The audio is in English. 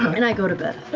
and i go to bed.